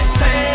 say